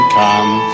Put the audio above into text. come